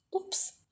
oops